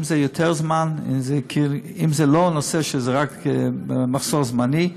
אם זה לא נושא שזה רק מחסור זמני,